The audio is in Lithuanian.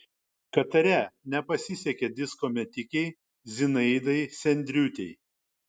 katare nepasisekė disko metikei zinaidai sendriūtei